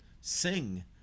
sing